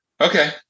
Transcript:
okay